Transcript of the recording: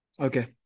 Okay